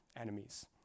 enemies